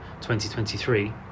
2023